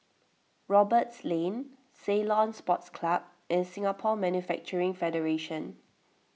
Roberts Lane Ceylon Sports Club and Singapore Manufacturing Federation